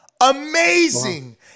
Amazing